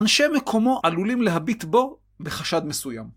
אנשי מקומו עלולים להביט בו בחשד מסוים.